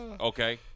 okay